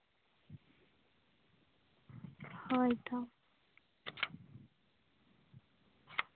ᱦᱳᱭ ᱛᱚ